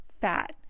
fat